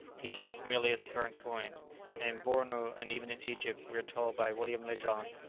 he counts merely as current coin and in bornu and even in egypt, we are told by william lejean,